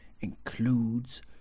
includes